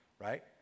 right